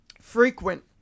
Frequent